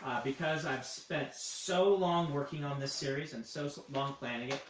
because i've spent so long working on this series, and so long planning it,